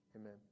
Amen